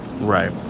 Right